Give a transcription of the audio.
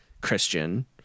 Christian